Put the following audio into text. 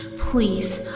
please.